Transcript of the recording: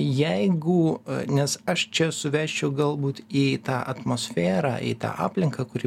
jeigu nes aš čia suvesčiau galbūt į tą atmosferą į tą aplinką kuri